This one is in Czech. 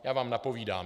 Já vám napovídám.